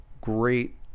great